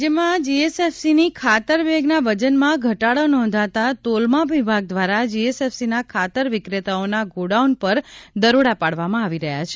રાજયમાં જીએસએફસીની ખાતર બેગના વજનમાં ઘટાડો નોંધાતા તોલમાપ વિભાગ દ્વારા જીએસએફસીના ખાતર વિક્રેતાઓના ગોડાઉન પર દરોડા પાડવામાં આવી રહ્યા છે